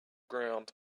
ground